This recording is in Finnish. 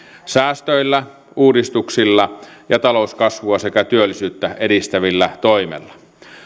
säästöillä uudistuksilla ja talouskasvua sekä työllisyyttä edistävillä toimilla